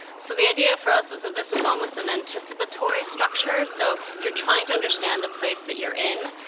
so the idea for us was that this was almost an anticipatory structure. so if you're trying to understand the place that you're in,